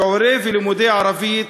שיעורי ולימודי ערבית.